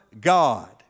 God